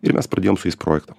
ir mes pradėjom su jais projektą